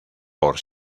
por